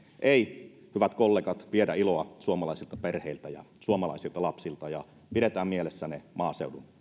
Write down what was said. ei hyvät kollegat viedä iloa suomalaisilta perheiltä ja suomalaisilta lapsilta ja pidetään mielessä ne maaseudun